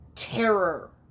Terror